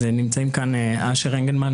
נמצאים כאן אשר אנגלמן,